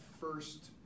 first